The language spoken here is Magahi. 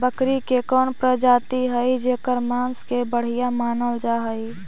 बकरी के कौन प्रजाति हई जेकर मांस के बढ़िया मानल जा हई?